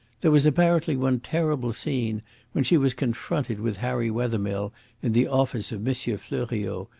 there was apparently one terrible scene when she was confronted with harry wethermill in the office of monsieur fleuriot,